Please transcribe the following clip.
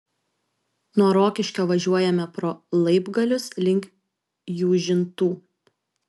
nuo rokiškio važiuojame pro laibgalius link jūžintų